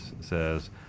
says